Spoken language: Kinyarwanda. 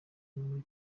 muri